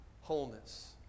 wholeness